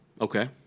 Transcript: okay